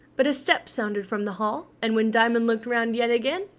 but a step sounded from the hall, and when diamond looked round yet again,